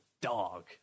dog